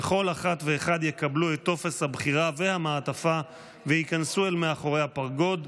וכל אחת ואחד יקבלו את טופס הבחירה והמעטפה וייכנסו אל מאחורי הפרגוד.